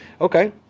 Okay